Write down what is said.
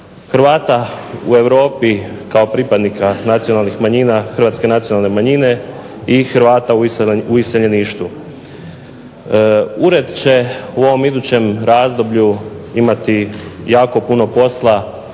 Hrvata u Europi kao pripadnica nacionalnih manjina, hrvatske nacionalne manjine i Hrvata u iseljeništvu. Ured će u ovom idućem razdoblju imati jako puno posla